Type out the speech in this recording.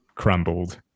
crumbled